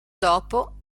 dopo